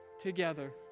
together